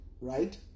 right